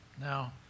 Now